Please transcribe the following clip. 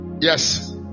Yes